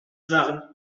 waren